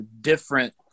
different